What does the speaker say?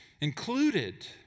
included